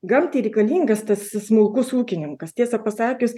gamtai reikalingas tasis smulkus ūkininkas tiesą pasakius